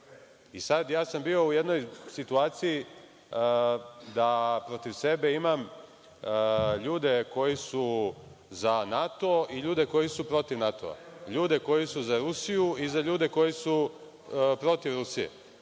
brane. Bio sam u jednoj situaciji da protiv sebe imam ljude koji su za NATO i ljude koji su protiv NATO, ljude koji su za Rusiju i ljude koji su protiv Rusije,